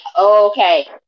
okay